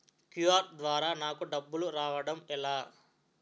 QR ద్వారా నాకు డబ్బులు రావడం ఎలా?